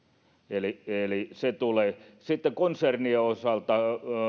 eli eli se tulee sitten konsernien osalta